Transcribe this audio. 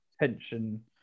tension